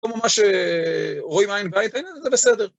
לא ממש רואים עין בעין, בעינינו זה בסדר.